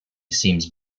seems